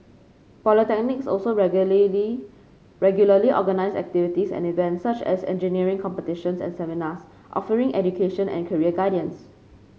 polytechnics also regularly organise activities and events such as engineering competitions and seminars offering education and career guidance